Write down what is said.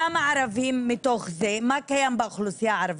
כמה ערבים מתוך זה, מה קיים באוכלוסייה הערבית.